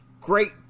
great